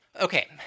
Okay